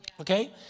Okay